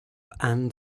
and